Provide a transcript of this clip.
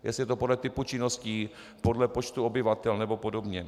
Jestli je to podle typu činností, podle počtu obyvatel nebo podobně.